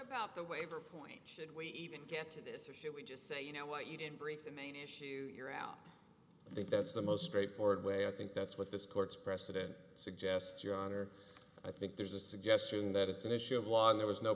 about the waiver point should we even get to this or should we just say you know what you did brief the main issue you're out think that's the most straightforward way i think that's what this court's precedent suggests your honor i think there's a suggestion that it's an issue of law there was no